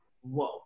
whoa